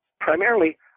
primarily